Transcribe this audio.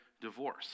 divorce